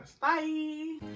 Bye